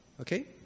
Okay